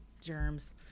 germs